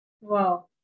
Wow